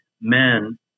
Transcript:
men